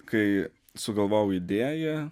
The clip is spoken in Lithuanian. kai sugalvojau idėją